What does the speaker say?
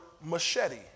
machete